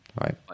right